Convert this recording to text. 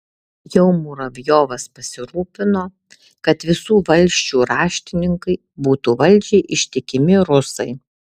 jau muravjovas pasirūpino kad visų valsčių raštininkai būtų valdžiai ištikimi rusai